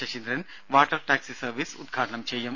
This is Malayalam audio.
ശശീന്ദ്രൻ വാട്ടർ ടാക്സി സർവീസ് ഉദ്ഘാടനം ചെയ്യും